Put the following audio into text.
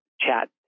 chat